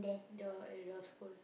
your at your school